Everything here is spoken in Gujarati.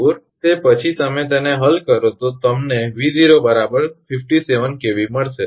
74 તે પછી તમે તેને હલ કરો તો તમને 𝑉0 57 𝑘𝑉 મળશે